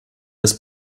this